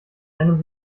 einem